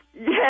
Yes